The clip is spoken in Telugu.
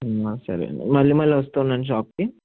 సరే అండి మళ్ళీ మళ్ళీ వస్తూ ఉండండి షాప్కి